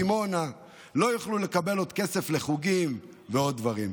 דימונה לא יוכלו לקבל עוד כסף לחוגים ועוד דברים.